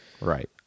right